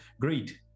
great